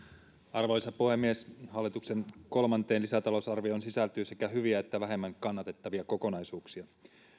arvoisa puhemies hallituksen kolmanteen lisätalousarvioon sisältyy sekä hyviä että vähemmän kannatettavia kokonaisuuksia